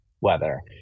weather